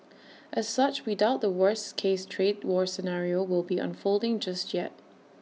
as such we doubt the worst case trade war scenario will be unfolding just yet